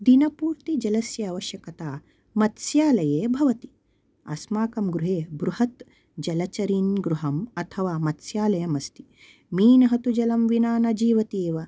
दिनपूर्तिः जलस्य आवश्यकता मत्स्यालये भवति अस्माकं गृहे बृहत् जलचरीङ्ग् गृहम् अथवा मत्स्यालयम् अस्ति मीनः तु जलं विना न जीवति एव